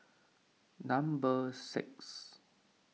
number six